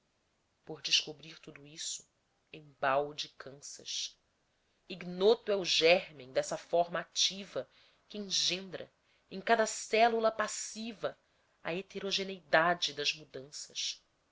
por descobrir tudo isso embalde cansas ignoto é o gérmem dessa força ativa que engendra em cada célula passiva a heterogeneidade das mudanças